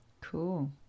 Cool